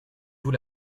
vous